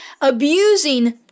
abusing